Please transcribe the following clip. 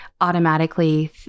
automatically